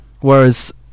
whereas